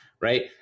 right